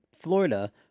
Florida